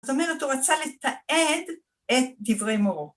זאת אומרת, הוא רצה לתעד את דברי מורו.